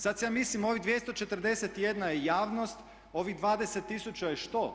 Sad si ja mislim ovih 241 je javnost, ovih 20 000 je što?